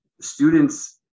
students